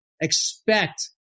expect